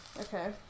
Okay